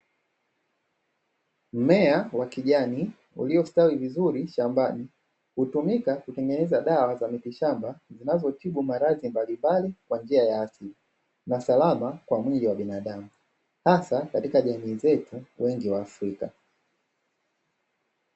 Mimea wa kijani uliostawi vizuri shambani hutumika kutengenezea dawa za mitishamba, zinazotibu maradhi mbalimbali kwa njia ya ssili na salama kwa mwili wa binadamu hasa katika jamii zetu za Afrika.